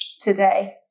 today